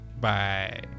Bye